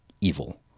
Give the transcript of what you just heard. evil